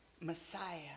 Messiah